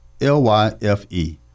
L-Y-F-E